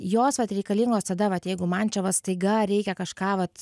jos vat reikalingos tada vat jeigu man čia va staiga reikia kažką vat